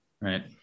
Right